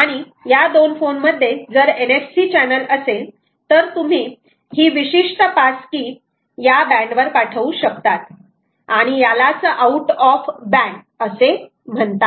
आणि या दोन फोन मध्ये जर NFC चॅनेल असेल तर तुम्ही ही विशिष्ट पास की या बँड वर पाठवू शकतात आणि यालाच आऊट ऑफ बँड असे म्हणतात